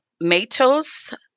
Matos